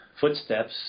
footsteps